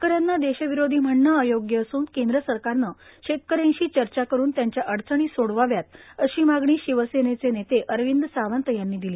शेतकऱ्यांना पेशविरोधी म्हणणं अयोग्य असून केंद्र सरकारनं शेतकऱ्यांशी चर्चा करून त्यांच्या अडचणी सोडवाव्यात अशी मागणी शिवसेनेचे नेते अरविं सावंत यांनी पिली